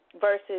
Versus